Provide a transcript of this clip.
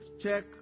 check